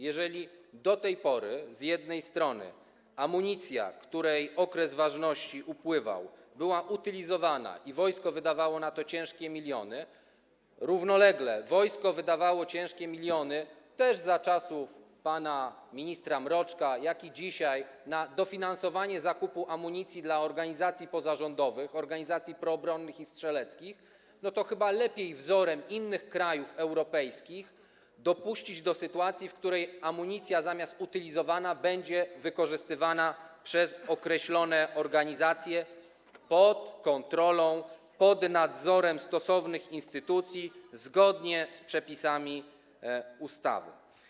Jeżeli do tej pory amunicja, której upływał okres ważności, była utylizowana i wojsko wydawało na to ciężkie miliony, a równolegle wojsko wydawało ciężkie miliony, zarówno za czasów pana ministra Mroczka, jak i dzisiaj, na dofinansowanie zakupu amunicji dla organizacji pozarządowych, organizacji proobronnych i strzeleckich, to chyba lepiej wzorem innych krajów europejskich dopuścić do sytuacji, w której amunicja, zamiast być utylizowana, będzie wykorzystywana przez określone organizacje pod kontrolą, pod nadzorem stosownych instytucji, zgodnie z przepisami ustawy.